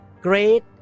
great